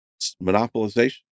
monopolization